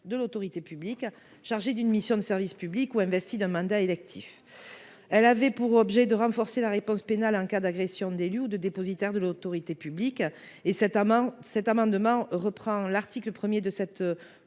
de l'autorité publique, chargées d'une mission de service public ou investies d'un mandat électif public, afin de renforcer la réponse pénale en cas d'agressions d'élus ou de dépositaires de l'autorité publique. Cet amendement reprend l'article 1 de cette